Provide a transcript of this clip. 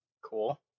cool